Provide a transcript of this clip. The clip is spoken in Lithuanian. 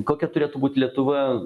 kokia turėtų būt lietuva